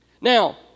Now